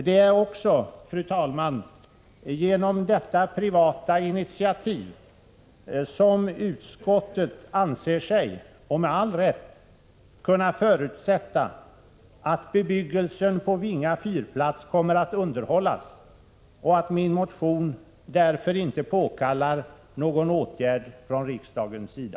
Det är också, fru talman, genom detta privata initiativ som utskottet anser sig, och med all rätt, kunna förutsätta att bebyggelsen på Vinga fyrplats kommer att underhållas och att min motion därför inte påkallar någon åtgärd från riksdagens sida.